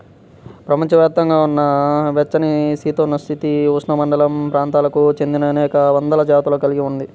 ప్రపంచవ్యాప్తంగా ఉన్న వెచ్చనిసమశీతోష్ణ, ఉపఉష్ణమండల ప్రాంతాలకు చెందినఅనేక వందల జాతులను కలిగి ఉంది